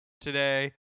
today